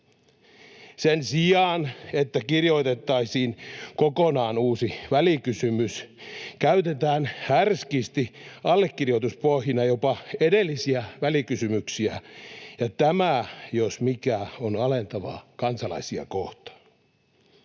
Sen sijaan, että kirjoitettaisiin kokonaan uusi välikysymys, käytetään härskisti allekirjoituspohjina jopa edellisiä välikysymyksiä, ja tämä jos mikä on alentavaa kansalaisia kohtaan.